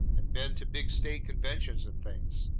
and been to big state conventions and things.